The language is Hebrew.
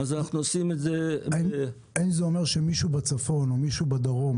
אנחנו עושים את זה --- האם זה אומר שמישהו בצפון או מישהו בדרום,